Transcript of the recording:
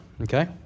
Okay